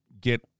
get